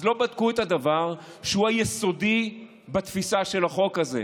אז לא בדקו את הדבר שהוא היסודי בתפיסה של החוק הזה,